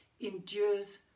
endures